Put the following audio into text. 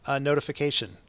Notification